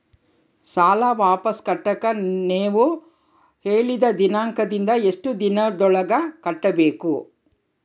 ಸಾಲ ವಾಪಸ್ ಕಟ್ಟಕ ನೇವು ಹೇಳಿದ ದಿನಾಂಕದಿಂದ ಎಷ್ಟು ದಿನದೊಳಗ ಕಟ್ಟಬೇಕು?